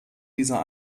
dieser